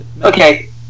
Okay